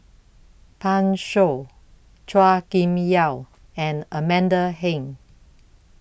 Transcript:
Pan Shou Chua Kim Yeow and Amanda Heng